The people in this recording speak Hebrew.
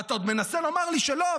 ואתה עוד מנסה לומר לי שלא,